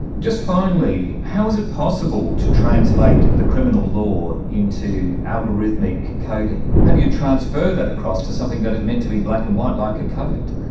just finally, how is it possible to translate the criminal law into algorithmic coding? how do you transfer that across to something that is meant to be black and white, like a code?